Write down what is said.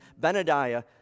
Benadiah